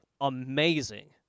amazing